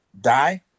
die